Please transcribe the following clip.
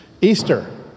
Easter